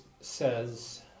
says